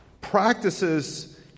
Practices